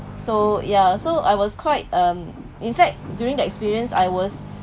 so ya so I was quite um in fact during that experience I was